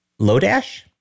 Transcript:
Lodash